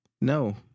No